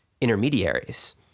intermediaries